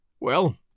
Well